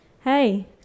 Hey